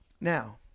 Now